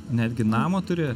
netgi namą turi